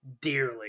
dearly